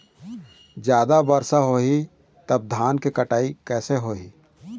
जादा वर्षा होही तब धान के कटाई कैसे होही?